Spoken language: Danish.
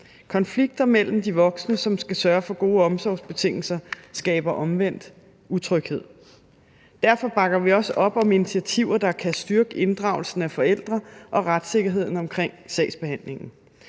Konflikter mellem de voksne, som skal sørge for gode omsorgsbetingelser, skaber omvendt utryghed. Derfor bakker vi også op om initiativer, der kan styrke inddragelsen af forældre og retssikkerheden omkring sagsbehandlingen.